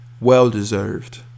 Well-deserved